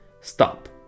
stop